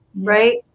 right